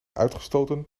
uitgestoten